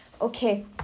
Okay